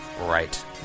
right